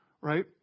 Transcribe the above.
Right